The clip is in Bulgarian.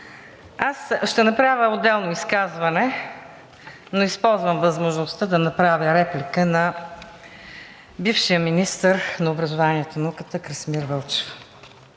Ще направя отделно изказване, но използвам възможността да направя реплика на бившия министър на образованието и науката Красимир Вълчев.